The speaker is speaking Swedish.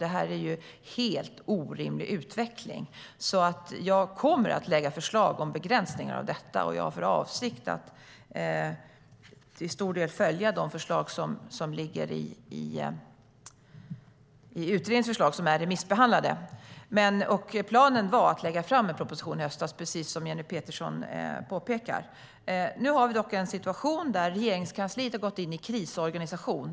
Det är en helt orimlig utveckling, så jag kommer att lägga fram förslag om begränsningar av detta och har för avsikt att till stor del följa utredningens förslag som är remissbehandlade. Planen var att lägga fram en proposition i höstas, precis som Jenny Petersson påpekar. Nu har vi dock en situation där Regeringskansliet har gått in i krisorganisation.